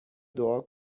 دعا